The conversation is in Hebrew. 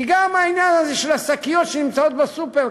כי גם העניין הזה של השקיות שנמצאות בסופר,